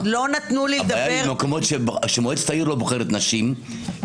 הבעיה במקומות שמועצת העיר לא בוחרת נשים,